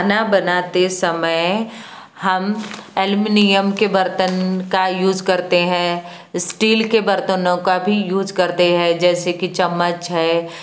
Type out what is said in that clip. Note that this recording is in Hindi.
खाना बनाते समय हम एल्युमिनियम के बर्तन का यूज करते है स्टील के बर्तनों का भी यूज करते है जैसे की चम्मच है